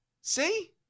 See